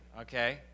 okay